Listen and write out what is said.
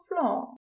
floor